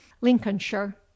lincolnshire